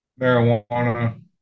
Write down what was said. marijuana